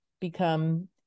become